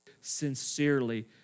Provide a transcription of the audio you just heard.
sincerely